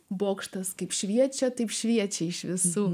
bokštas kaip šviečia taip šviečia iš visų